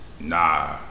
Nah